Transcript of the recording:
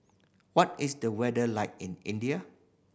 what is the weather like in India